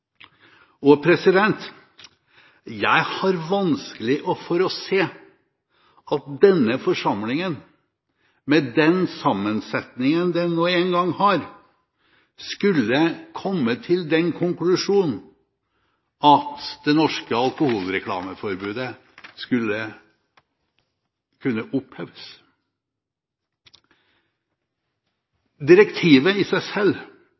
Jeg har vanskelig for å se at denne forsamlingen, med den sammensetningen den nå engang har, skulle komme til den konklusjon at det norske alkoholreklameforbudet skulle kunne oppheves. Direktivet i seg selv